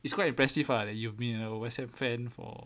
it's quite impressive ah that you've been a west ham fan for